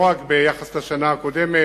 לא רק ביחס לשנה הקודמת,